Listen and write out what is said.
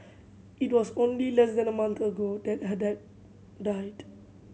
it was only less than a month ago that her dad died